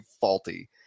faulty